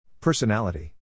Personality